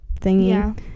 thingy